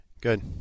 good